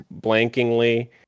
blankingly